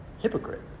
hypocrite